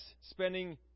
spending